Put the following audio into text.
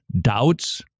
Doubts